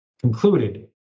concluded